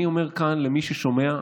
אני אומר כאן, למי ששומע,